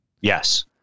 Yes